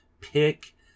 pick